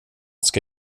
ska